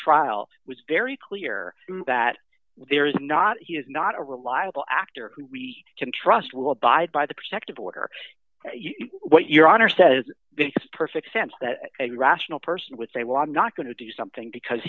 trial was very clear that there is not he is not a reliable actor who we can trust will abide by the protective order what your honor says perfect sense that a rational person would say well i'm not going to do something because